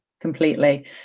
completely